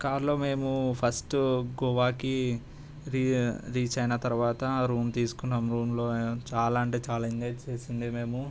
కారులో మేము ఫస్టు గోవాకి రీ రీచ్ అయిన తర్వాత రూమ్ తీసుకున్నాం రూమ్లో చాలా అంటే చాలా ఎంజాయ్ చేసిండే మేము